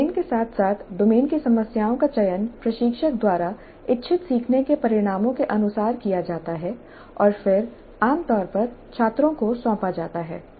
domain के साथ साथ डोमेन की समस्याओं का चयन प्रशिक्षक द्वारा इच्छित सीखने के परिणामों के अनुसार किया जाता है और फिर आमतौर पर छात्रों को सौंपा जाता है